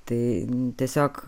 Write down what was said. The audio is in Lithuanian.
tai tiesiog